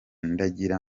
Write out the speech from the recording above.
ndagira